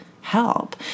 help